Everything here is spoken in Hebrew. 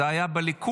זה היה בליכוד.